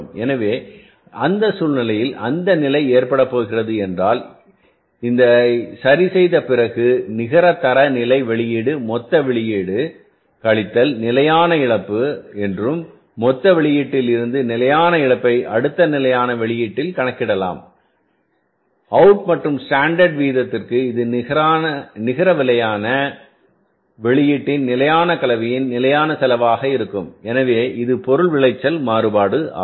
எனவே அந்த சூழ்நிலையில் அந்த நிலை ஏற்படப்போகிறது என்றால் இந்தசரிசெய்த பிறகு நிகர தர நிலை வெளியீடு மொத்த வெளியீடு கழித்தல் நிலையான இழப்பு என்றும் மொத்த வெளியீட்டில் இருந்துநிலையான இழப்பை அடுத்த நிலையான வெளியீட்டைக் காணலாம் அவுட் மற்றும் ஸ்டாண்டர்ட் வீதத்திற்கு இது நிகர நிலையான வெளியீட்டின் நிலையான கலவையின் நிலையான செலவாக இருக்கும் எனவே இது பொருள் விளைச்சல் மாறுபாடு ஆகும்